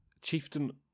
chieftain